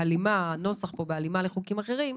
שהנוסח כאן הוא בהלימה לחוקים אחרים,